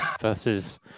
versus